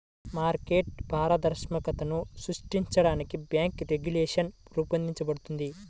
market పారదర్శకతను సృష్టించడానికి bank regulation రూపొందించబడింది